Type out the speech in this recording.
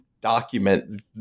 document